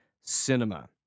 cinema